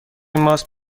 ماست